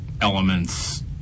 elements